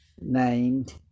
named